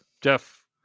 Jeff